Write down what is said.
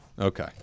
Okay